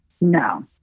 No